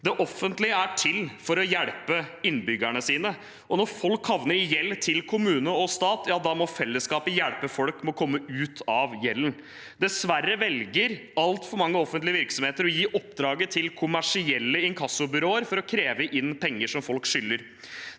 Det offentlige er til for å hjelpe innbyggerne sine. Når folk havner i gjeld til kommune og stat, ja, da må fellesskapet hjelpe folk med å komme ut av gjelden. Dessverre velger altfor mange offentlige virksomheter å gi oppdraget med å kreve inn penger som folk skylder,